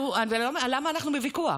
למה אנחנו בוויכוח?